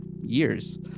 years